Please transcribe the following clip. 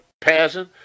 passing